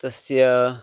तस्य